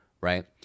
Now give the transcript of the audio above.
right